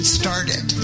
started